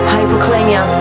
Hypokalemia